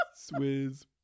Swizz